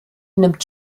nimmt